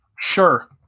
Sure